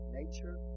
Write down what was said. nature